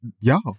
y'all